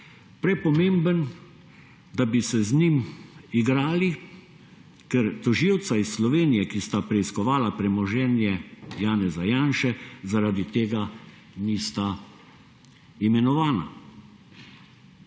Prepomemben, da bi se z njim igrali, ker tožilca iz Slovenije, ki sta preiskovala premoženje Janeza Janše zaradi tega nista imenovana.